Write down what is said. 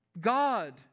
God